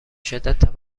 شدت